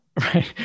right